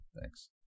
Thanks